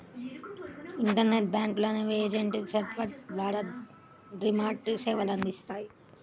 internet బ్యాంకులు అనేవి agent network ద్వారా రిమోట్గా సేవలనందిస్తాయి